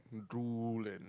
drool and